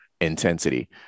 intensity